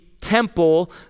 temple